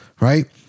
right